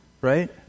Right